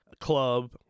club